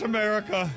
America